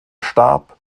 starb